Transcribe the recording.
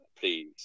please